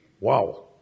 Wow